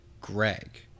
Greg